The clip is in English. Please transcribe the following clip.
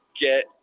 Get